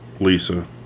Lisa